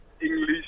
English